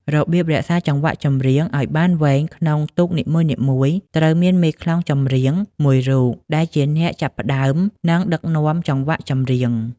របៀបរក្សាចង្វាក់ចម្រៀងឲ្យបានវែង ក្នុងទូកនីមួយៗ ត្រូវមាន មេខ្លោងចម្រៀង មួយរូបដែលជាអ្នកចាប់ផ្តើម និងដឹកនាំចង្វាក់ចម្រៀង។